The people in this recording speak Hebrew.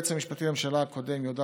היועץ המשפטי לממשלה הקודם יהודה